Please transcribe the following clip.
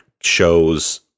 shows